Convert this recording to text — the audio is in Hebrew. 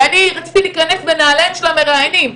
ורציתי להיכנס לנעליהם של המראיינים.